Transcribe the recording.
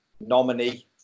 nominee